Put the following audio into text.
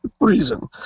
reason